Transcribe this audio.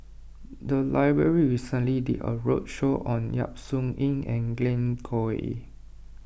the library recently did a roadshow on Yap Su Yin and Glen Goei